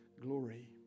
glory